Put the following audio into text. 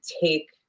take